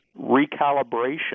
recalibration